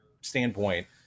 standpoint